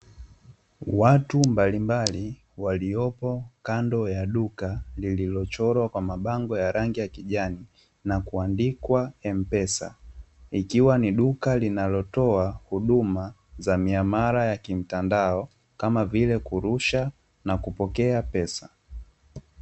Watu mbalimbali waliopo kando ya duka lililochorwa kwa mabango ya rangi ya kijani na kuandikwa 'Mpesa', ikiwa ni duka linalotoa huduma za miamala ya kimtandao, kama vile, kurusha na kupokea pesa.